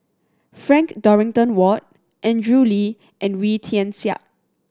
Frank Dorrington Ward Andrew Lee and Wee Tian Siak